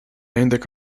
عندك